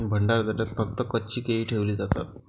भंडारदऱ्यात फक्त कच्ची केळी ठेवली जातात